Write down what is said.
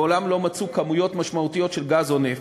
מעולם לא מצאו כמויות משמעויות של גז או נפט.